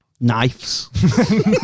Knives